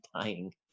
dying